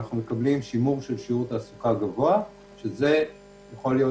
אנחנו מקבלים שימור של שיעור תעסוקה גבוה שזה יכול להיות